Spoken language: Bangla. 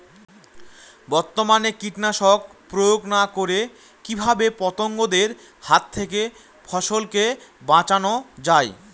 বর্তমানে কীটনাশক প্রয়োগ না করে কিভাবে পতঙ্গদের হাত থেকে ফসলকে বাঁচানো যায়?